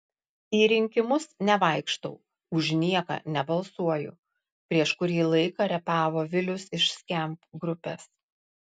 į rinkimus nevaikštau už nieką nebalsuoju prieš kurį laiką repavo vilius iš skamp grupės